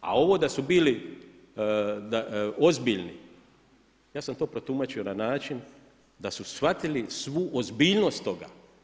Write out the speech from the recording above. A ovo da su bili ozbiljni, ja sam to protumačio na način, da su shvatili svu ozbiljnost toga.